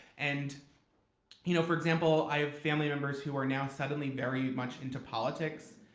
and you know for example, i have family members who are now suddenly very much into politics,